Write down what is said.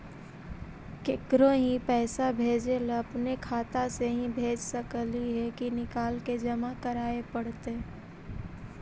केकरो ही पैसा भेजे ल अपने खाता से ही भेज सकली हे की निकाल के जमा कराए पड़तइ?